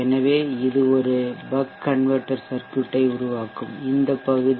எனவே இது ஒரு பக் கன்வெர்ட்டர் சர்க்யூட் ஐ உருவாக்கும் இந்த பகுதி